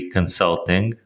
Consulting